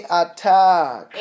attack